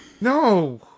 No